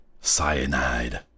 cyanide